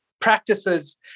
practices